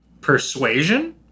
Persuasion